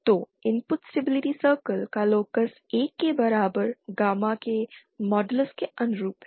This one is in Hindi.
तो इनपुट स्टेबिलिटी सर्कल का लोकस 1 के बराबर गामा के मॉडलस के अनुरूप है